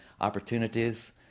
opportunities